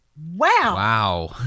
Wow